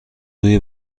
روی